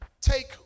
take